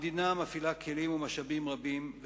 המדינה מפעילה כלים ומשאבים רבים,